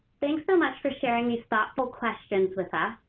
thanks so much for sharing these thoughtful questions with us,